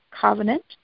covenant